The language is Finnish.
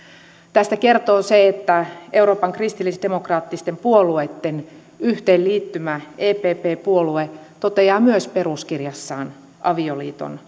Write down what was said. tästä kertoo se että euroopan kristillisdemokraattisten puolueitten yhteenliittymä epp puolue toteaa myös peruskirjassaan avioliiton